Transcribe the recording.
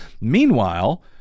Meanwhile